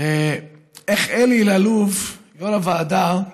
איך אלי אלאלוף, יו"ר הוועדה,